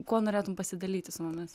kuo norėtum pasidalyti su mumis